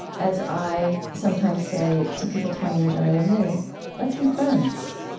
as i sometimes say to people twenty years younger than me let's be friends